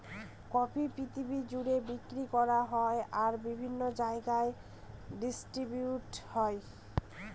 coffee পৃথিবী জুড়ে বিক্রি করা হয় আর বিভিন্ন জায়গায় ডিস্ট্রিবিউট হয়